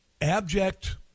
abject